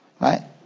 Right